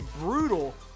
brutal